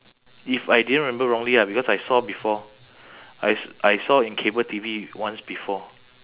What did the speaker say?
if I didn't remember wrongly ah because I saw before I s~ I saw in cable T_V once before